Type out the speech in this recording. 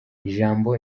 ijambo